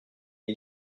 est